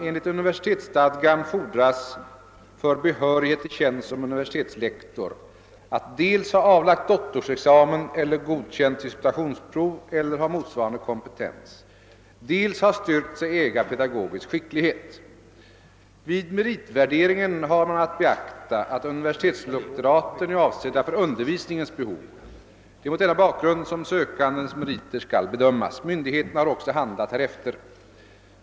Enligt universitetsstadgan fordras för behörighet till tjänst som universitetslektor att dels ha avlagt doktorsexamen eller godkänt disputationsprov eller ha motsvarande kompetens, dels ha styrkt sig äga pedagogisk skicklighet. Vid meritvärderingen har man att beakta att universitetslektoraten är avsedda för undervisningens behov. Det är mot denna bakgrund som sökandens meriter skall bedömas. Myndigheterna har också handlat härefter.